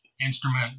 instrument